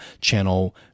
channel